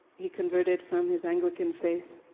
he converted from his anglican faith.